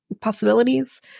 possibilities